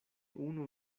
unu